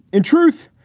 in truth,